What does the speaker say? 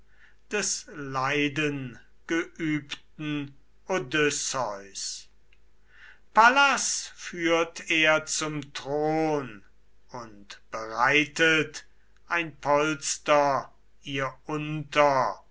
des leidengeübten odysseus pallas führt er zum thron und breitet ein polster ihr unter